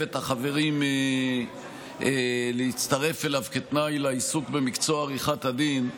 את החברים להצטרף אליו כתנאי לעיסוק במקצוע עריכת הדין.